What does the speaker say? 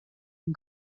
and